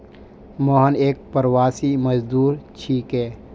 मोहन एक प्रवासी मजदूर छिके